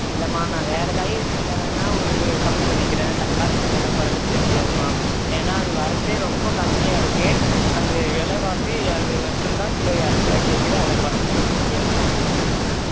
இல்லைமா நான் வேறு காய்கறிகளில் வேணால் உங்களுக்கு கம்மி பண்ணிக்கிறேன் தக்காளியில் விலை குறைக்க முடியாதுமா ஏன்னால் அது வரத்தே ரொம்ப கம்மியாக இருக்குது அது விலைவாசி அது மட்டும் தான் கிலோ இரநுாவாய்க்கி கீழே அதை குறைச்சி கொடுக்க முடியாதுமா